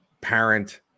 parent